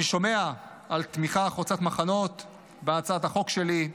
אני שומע על תמיכה חוצת מחנות בהצעת החוק שלי,